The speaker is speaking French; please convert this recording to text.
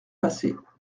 passer